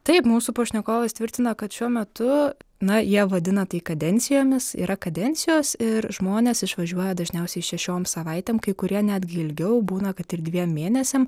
taip mūsų pašnekovas tvirtina kad šiuo metu na jie vadina tai kadencijomis yra kadencijos ir žmonės išvažiuoja dažniausiai šešiom savaitėm kai kurie netgi ilgiau būna kad ir dviem mėnesiams